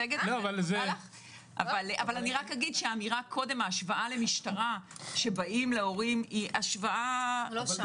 ההשוואה למשטרה שבאים להורים היא השוואה מופרכת.